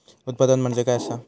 उत्पादन म्हणजे काय असा?